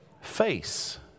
FACE